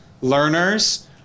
learners